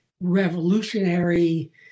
revolutionary